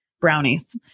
Brownies